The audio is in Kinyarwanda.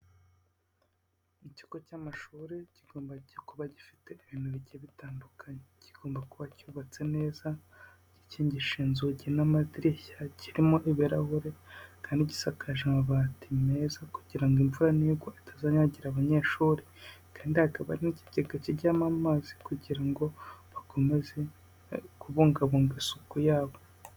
Ikigo cy'amashuri kigomba kuba gifite ibintu bijya bitandukanye, kigomba kuba cyubatse neza, gikingishije inzugi n'amadirishya, kirimo ibirahure kandi gisakaje amabati meza kugira ngo imvura nigwa itazanyagira abanyeshuri, kandi hakaba hari n'ikigega kijyamo amazi kugira ngo bakomeze kubungabunga isuku yabo.